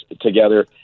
together